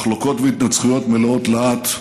מחלוקות והתנצחויות מלאות להט,